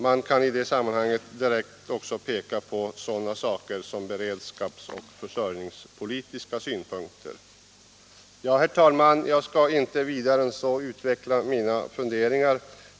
Man kan i det sammanhanget också peka på beredskapsoch försörjningspolitiska synpunkter. Herr talman! Jag skall inte vidare utveckla mina funderingar.